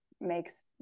makes